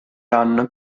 run